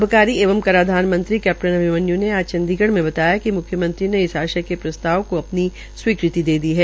आबकारी एवं कराधान मंत्री कैप्टन अभिमन्यू ने आज चंडीगढ़ में बताया कि मुख्यमंत्री ने इस आश्य का प्रस्ताव को स्वीकृति दे दी है